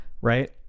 right